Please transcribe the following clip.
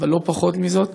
אבל לא פחות מזאת: